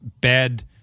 bad